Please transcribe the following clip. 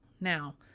Now